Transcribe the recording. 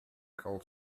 called